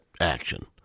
action